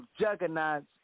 juggernauts